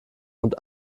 und